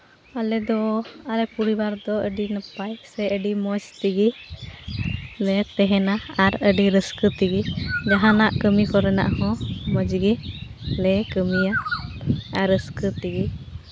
ᱟᱞᱮ ᱫᱚ ᱟᱞᱮ ᱯᱚᱨᱤᱵᱟᱨ ᱫᱚ ᱟᱹᱰᱤ ᱱᱟᱯᱟᱭ ᱥᱮ ᱟᱹᱰᱤ ᱢᱚᱡᱽ ᱛᱮᱜᱮ ᱞᱮ ᱛᱟᱦᱮᱱᱟ ᱟᱨ ᱟᱹᱰᱤ ᱨᱟᱹᱥᱠᱟᱹ ᱛᱮᱜᱮ ᱡᱟᱦᱟᱱᱟᱜ ᱠᱟᱹᱢᱤ ᱠᱚᱨᱮᱱᱟᱜ ᱦᱚᱸ ᱢᱚᱡᱽ ᱜᱮᱞᱮ ᱠᱟᱹᱢᱤᱭᱟ ᱟᱨ ᱨᱟᱹᱥᱠᱟᱹ ᱛᱮᱜᱮ